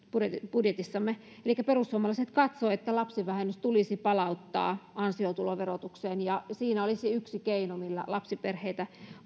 elikkä perussuomalaiset katsovat että lapsivähennys tulisi palauttaa ansiotuloverotukseen siinä olisi yksi keino millä lapsiperheitä